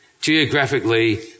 Geographically